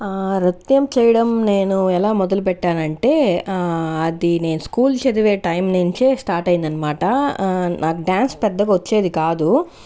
నృత్యం చేయడం నేను ఎలా మొదలుపెట్టానంటే అది నేను స్కూల్ చదివే టైం నుంచి స్టార్ట్ అయిందనమాట నాకు డాన్స్ పెద్దగా వచ్చేది కాదు